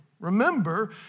Remember